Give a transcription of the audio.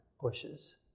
bushes